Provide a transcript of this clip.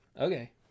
Okay